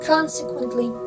Consequently